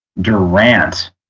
Durant